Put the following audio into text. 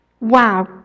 Wow